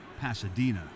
Pasadena